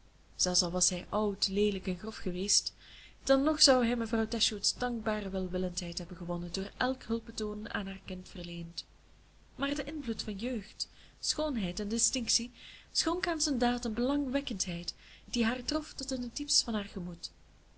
zelfs al was hij oud leelijk en grof geweest dan nog zou hij mevrouw dashwood's dankbare welwillendheid hebben gewonnen door elk hulpbetoon aan haar kind verleend maar de invloed van jeugd schoonheid en distinctie schonk aan zijn daad een belangwekkendheid die haar trof tot in het diepst van haar gemoed